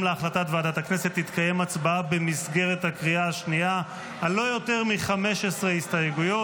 חברי הכנסת חברי הכנסת יאיר לפיד, מאיר כהן,